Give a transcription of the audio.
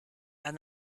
and